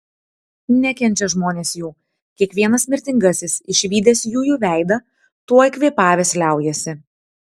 nekenčia žmonės jų kiekvienas mirtingasis išvydęs jųjų veidą tuoj kvėpavęs liaujasi